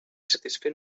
satisfer